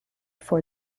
for